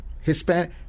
Hispanic